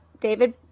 David